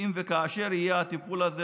ואם וכאשר יהיה הטיפול הזה,